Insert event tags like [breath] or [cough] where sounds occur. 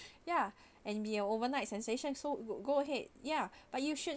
[breath] ya [breath] and be an overnight sensation so go go ahead ya [breath] but you should